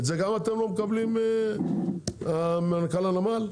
את זה אתם גם לא מקבלים, מנכ"ל הנמל?